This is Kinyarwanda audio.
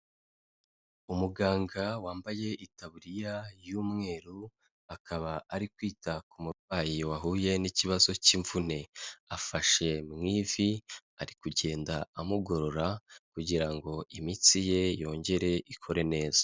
Umuganga wambaye itaburiya y'umweru, akaba ari kwita ku murwayi wahuye n'ikibazo cy'imvune, afashe mu ivi ari kugenda amugorora kugira ngo imitsi ye yongere ikore neza.